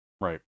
Right